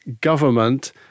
government